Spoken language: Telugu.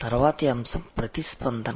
తరువాతి అంశం ప్రతిస్పందన